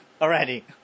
already